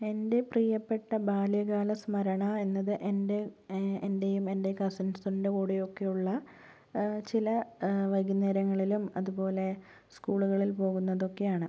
എൻ്റെ പ്രിയ്യപ്പെട്ട ബാല്യകാല സ്മരണ എന്നത് എൻ്റെ എൻ്റെയും എൻ്റെ കസിൻസിൻ്റെ കൂടെയൊക്കെ ഉള്ള ചില വൈകുന്നേരങ്ങളിലും അതുപോലെ സ്കൂളുകളിൽ പോകുന്നതൊക്കെ ആണ്